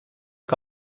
que